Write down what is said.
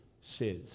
says